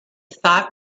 thought